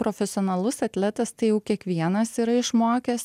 profesionalus atletas tai jau kiekvienas yra išmokęs